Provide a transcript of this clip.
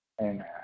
Amen